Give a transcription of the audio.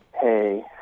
hey